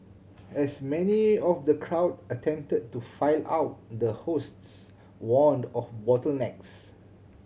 as many of the crowd attempted to file out the hosts warned of bottlenecks